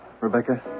Rebecca